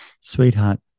sweetheart